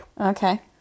Okay